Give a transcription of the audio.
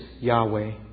Yahweh